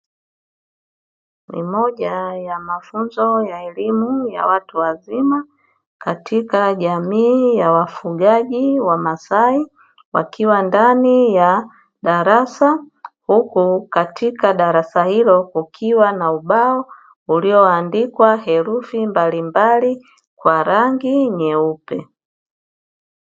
Ni moja ya mafunzo ya elimu ya watu wazima katika jamii ya wafugaji wamasai wakiwa ndani ya darasa huku katika darasa hilo kukiwa na ubao uliyoandikwa herufi mbalimbali kwa rangi nyeupe.